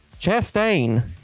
Chastain